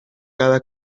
cada